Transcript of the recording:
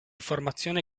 formazione